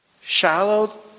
shallow